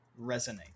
resonate